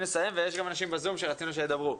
לסיים ויש גם אנשים בזום שרצינו שידברו,